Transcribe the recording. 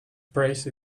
praise